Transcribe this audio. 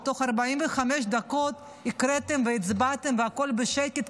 תוך 45 דקות הקראתם והצבעתם והכול בשקט.